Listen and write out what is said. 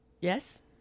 Yes